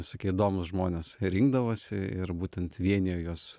visokie įdomūs žmonės rinkdavosi ir būtent vienijo juos